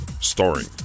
starring